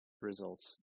results